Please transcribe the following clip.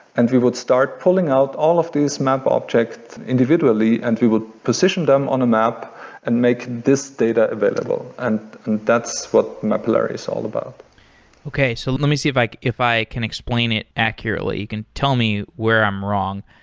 and we would start pulling out all of these map objects individually and we will position them on a map and make this data available. and that's what mapillary is all about okay. so let let me see like if i can explain it accurately. you can tell me where i'm wrong.